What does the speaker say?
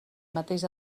mateix